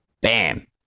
bam